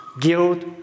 guilt